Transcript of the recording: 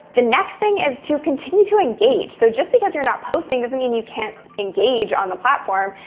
the next thing is to continue to engage. so just because you're not posting, doesn't mean you can't engage on the platform.